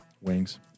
Wings